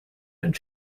and